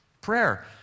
Prayer